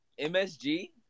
MSG